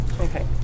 Okay